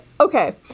okay